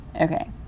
Okay